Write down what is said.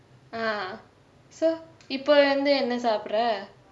ah so இப்பே வந்து என்னா சாப்புடுரே:ippae vanthu enna saapudrae